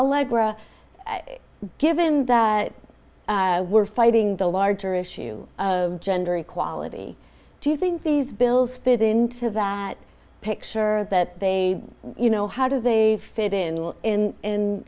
alegria given that we're fighting the larger issue of gender equality do you think these bills fit into that picture that they you know how do they fit in